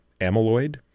amyloid